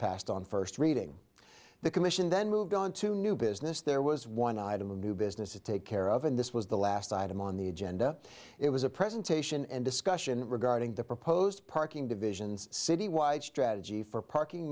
passed on first reading the commission then moved on to new business there was one item of new business it take care of and this was the last item on the agenda it was a presentation and discussion regarding the proposed parking divisions citywide strategy for parking